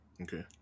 Okay